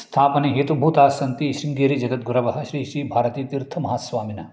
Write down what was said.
स्थापने हेतुभूतास्सन्ति शृङ्गेरि जगद्गुरवः श्री श्री भारतीतीर्थमहास्वामिनः